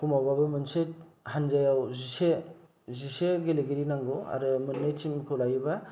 खमावबाबो मोनसे हानजायाव जिसे जिसे गेलेगिरि नांगौ आरो मोननै थिमखौ लायोब्ला